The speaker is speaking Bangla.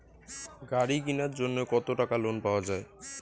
গাড়ি কিনার জন্যে কতো টাকা লোন পাওয়া য়ায়?